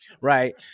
Right